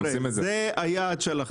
זה היעד שלכם.